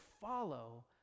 follow